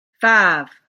five